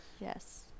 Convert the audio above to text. Yes